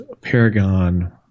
Paragon